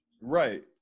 Right